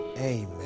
Amen